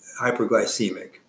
hyperglycemic